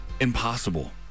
impossible